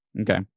Okay